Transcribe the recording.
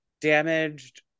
damaged